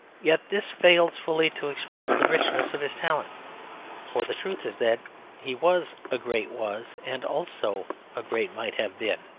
yet this fails fully to express the richness of his talent for the truth is that he was a great was and also a great might-have-been.